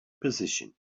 position